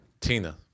Tina